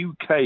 UK